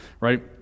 Right